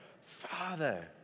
Father